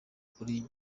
kuri